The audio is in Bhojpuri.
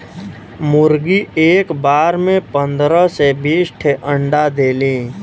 मुरगी एक बार में पन्दरह से बीस ठे अंडा देली